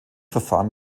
verfahren